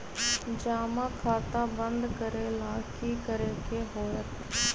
जमा खाता बंद करे ला की करे के होएत?